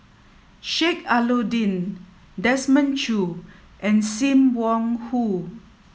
Sheik Alau'ddin Desmond Choo and Sim Wong Hoo